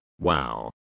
Wow